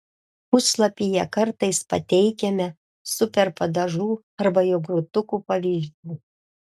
puslapyje kartais pateikiame super padažų arba jogurtukų pavyzdžių